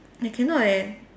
I cannot eh